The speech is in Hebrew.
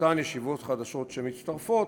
ואותן ישיבות חדשות שמצטרפות,